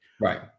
right